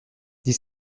dix